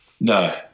No